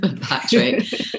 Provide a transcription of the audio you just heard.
Patrick